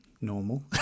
normal